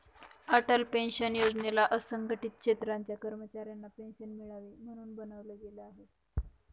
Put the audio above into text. Atal pension योजनेला असंघटित क्षेत्राच्या कर्मचाऱ्यांना पेन्शन मिळावी, म्हणून बनवलं गेलं आहे